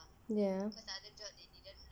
ya